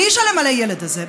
מי ישלם על הילד הזה?